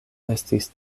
estis